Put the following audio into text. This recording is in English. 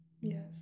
yes